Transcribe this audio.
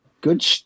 good